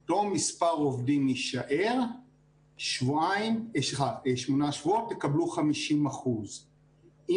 ואת מתווה החילוץ וברגע שהעסק נשאר עסק חי ומנוע